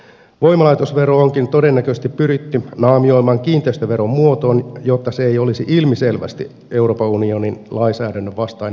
voimalaitosvero onkin todennäköisesti pyritty naamioimaan kiinteistöveron muotoon jotta se ei olisi ilmiselvästi euroopan unionin lainsäädännön vastainen vero